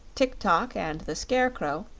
tik-tok, and the scarecrow,